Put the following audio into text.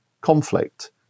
conflict